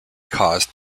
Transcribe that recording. caused